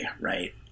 right